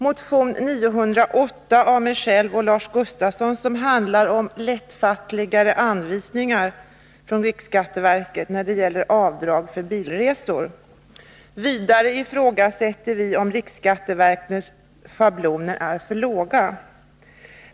Motion 908 av mig själv och Lars Gustafsson handlar om lättfattligare anvisningar från riksskatteverket när det gäller avdrag för bilresor. Vidare ifrågasätter vi om riksskatteverkets schablonvärden är för låga.